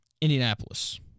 Indianapolis